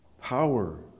power